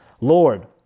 Lord